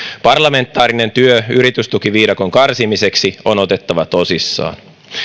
parlamentaarinen työ yritystukiviidakon karsimiseksi on otettava tosissaan